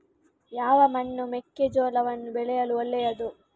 ಯಾವ ಮಣ್ಣು ಮೆಕ್ಕೆಜೋಳವನ್ನು ಬೆಳೆಯಲು ಒಳ್ಳೆಯದು?